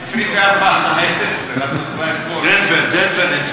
24:10. התוצאה אתמול.